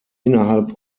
innerhalb